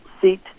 seat